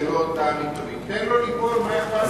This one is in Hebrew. תן לו ליפול, מה אכפת לך?